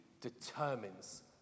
determines